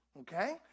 Okay